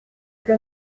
que